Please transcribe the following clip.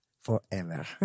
Forever